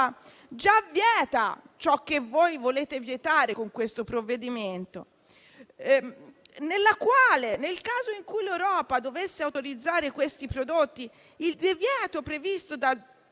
già vieta ciò che voi volete vietare con questo provvedimento e nella quale, nel caso in cui l'Europa dovesse autorizzare questi prodotti, il divieto previsto dal